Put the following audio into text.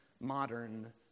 modern